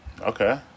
Okay